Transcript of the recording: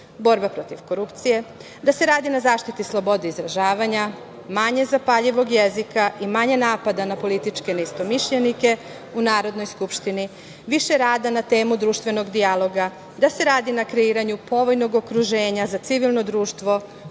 borba protiv korupcije, da se radi na zaštiti slobode izražavanja, manje zapaljivog jezika i manje napada na političke neistomišljenike u Narodnoj skupštini, više rada na temu društvenog dijaloga, da se radi na kreiranju povoljnog okruženja za civilno društvo,